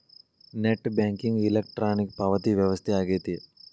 net banking electronic ಪಾವತಿ ವ್ಯವಸ್ಥೆ ಆಗೆತಿ